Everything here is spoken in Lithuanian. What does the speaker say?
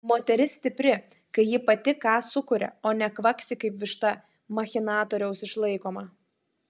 moteris stipri kai ji pati ką sukuria o ne kvaksi kaip višta machinatoriaus išlaikoma